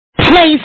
place